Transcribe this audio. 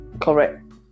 Correct